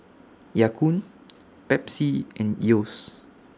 Ya Kun Pepsi and Yeo's